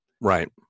Right